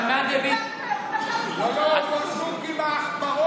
גם מנדלבליט לא יכול לחקור,